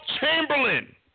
Chamberlain